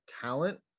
talent